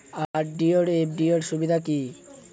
RD ও FD র সুবিধা কি?